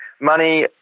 Money